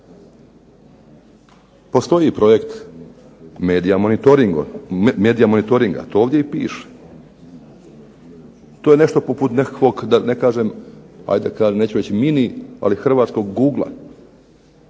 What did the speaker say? Postoji projekt Medija monitoringa, to ovdje i piše. To je nešto poput nekakvog da kažem, neću reći mini ali hrvatskog googla.